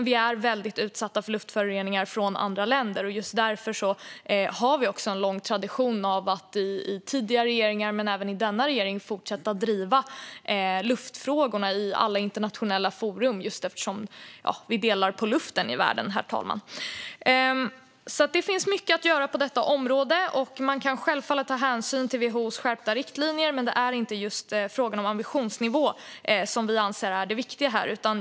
Vi är väldigt utsatta för luftföroreningar från andra länder, och det finns sedan länge en tradition - både i tidigare regeringar och i denna regering - av att driva luftfrågorna i alla internationella forum eftersom världen delar på luften, herr talman. Det finns alltså mycket att göra på detta område. Man kan självfallet ta hänsyn till WHO:s skärpta riktlinjer, men det är inte just frågan om ambitionsnivå som vi anser är det viktiga här.